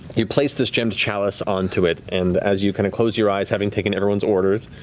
you place this gemmed chalice onto it, and as you kind of close your eyes, having taken everyone's orders.